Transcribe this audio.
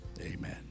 Amen